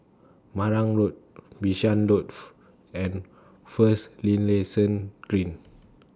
Marang Road Bishan and First Linlayson Green